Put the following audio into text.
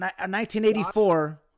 1984